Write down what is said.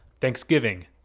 Thanksgiving